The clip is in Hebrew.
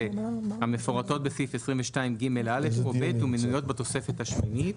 המפורטות בסעיף 22ג(א) או (ב) ומנויות בתוספת השמינית,